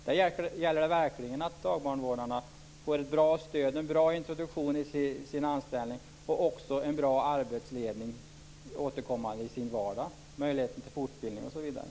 Där gäller det verkligen att dagbarnvårdarna får ett bra stöd och en bra introduktion i sin anställning, en bra arbetsledning återkommande i sin vardag, möjligheten till fortbildning osv.